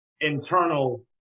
internal